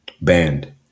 banned